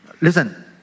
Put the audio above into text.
Listen